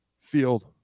field